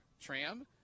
Tram